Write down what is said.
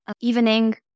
evening